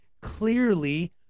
clearly